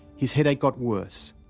his headache got worse.